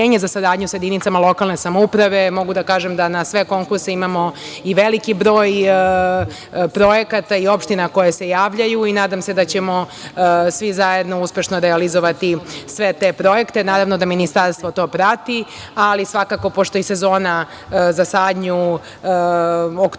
za saradnju sa jedinicama lokalne samouprave. Mogu da kažem da na sve konkurse imamo i veliki broj projekata i opština koje se javljaju i nadam se da ćemo svi zajedno uspešno realizovati sve te projekte. Naravno da ministarstvo to prati, ali svakako pošto je sezona za sadnju oktobar,